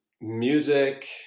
music